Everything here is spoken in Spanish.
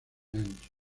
ancho